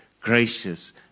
gracious